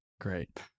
Great